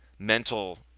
mental